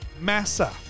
Massa